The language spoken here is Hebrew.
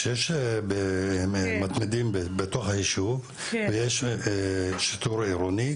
כשיש מתמידים בתוך היישוב ויש שיטור עירוני,